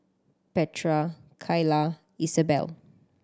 Petra Keila Isabel